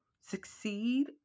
succeed